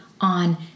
on